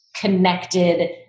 connected